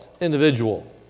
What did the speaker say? individual